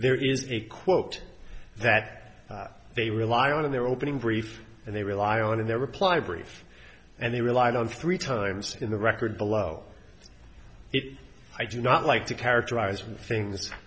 there is a quote that they rely on in their opening brief and they rely on in their reply brief and they relied on three times in the record below it i do not like to characterize things